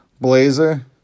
blazer